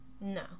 No